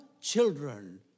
children